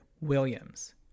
Williams